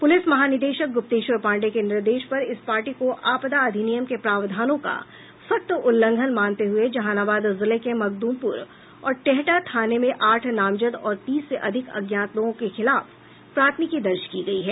police महानिदेशक गुप्तेश्वर पांडेय के निर्देश पर इस पार्टी को आपदा अधिनियम के प्रावधानों का सख्त उल्लंघन मानते हुए जहानाबाद जिले के मखद्मपुर और टेहटा थाने में आठ नामजद और तीस से अधिक अज्ञात लोगों के खिलाफ प्राथमिकी दर्ज की गयी है